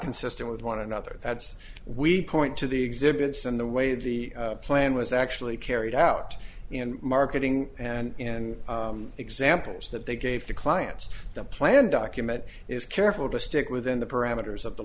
consistent with one another that's we point to the exhibits in the way the plan was actually carried out in marketing and in examples that they gave to clients the plan document is careful to stick within the parameters of the